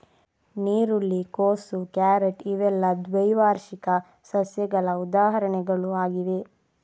ನೀರುಳ್ಳಿ, ಕೋಸು, ಕ್ಯಾರೆಟ್ ಇವೆಲ್ಲ ದ್ವೈವಾರ್ಷಿಕ ಸಸ್ಯಗಳ ಉದಾಹರಣೆಗಳು ಆಗಿವೆ